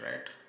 right